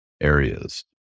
areas